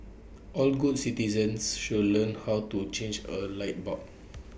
all good citizens should learn how to change A light bulb